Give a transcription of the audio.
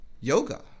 yoga